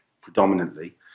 predominantly